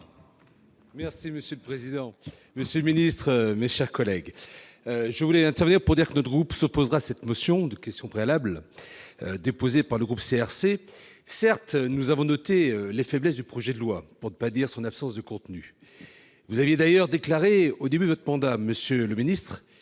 Monsieur le président, monsieur le ministre, mes chers collègues, notre groupe s'opposera à cette motion tendant à opposer la question préalable, déposée par le groupe CRCE. Certes, nous avons noté les faiblesses du projet de loi, pour ne pas dire son absence de contenu. Vous aviez d'ailleurs déclaré, au début de votre mandat, monsieur le ministre,